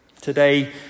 Today